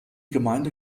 gemeinde